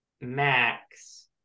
max